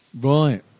right